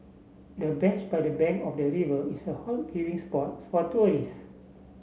the bench by the bank of the river is a hot viewing spot for tourists